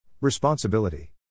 Responsibility